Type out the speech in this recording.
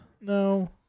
No